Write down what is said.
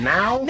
Now